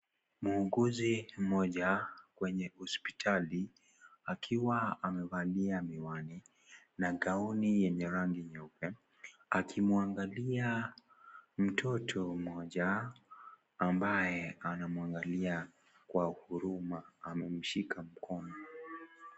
Muuguzi mmoja kwenye hospitali akiwa amevalia miwani na gauni yenye rangi nyeupe, akimwangalia mtoto mmoja ambaye anamwangalia kwa huruma, amemshika mkono.